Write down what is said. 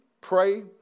pray